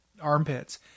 armpits